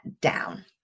down